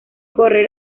correr